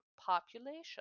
population